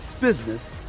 business